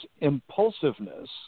impulsiveness